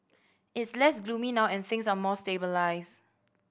it's less gloomy now and things are more stabilised